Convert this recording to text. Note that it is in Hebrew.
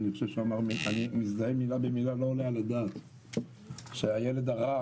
אני מזדהה מילה במילה עם כך שהילד הרע